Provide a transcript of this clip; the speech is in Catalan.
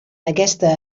aquesta